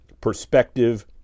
perspective